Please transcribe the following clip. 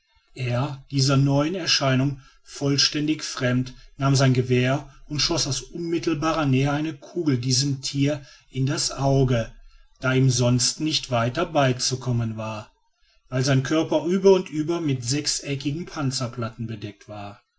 er dieser neuen erscheinung vollständig fremd nahm sein gewehr und schoß aus unmittelbarer nähe eine kugel diesem tiere in das auge da ihm sonst nicht weiter beizukommen war weil sein körper über und über mit sechseckigen panzerplatten bedeckt war